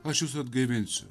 aš jus atgaivinsiu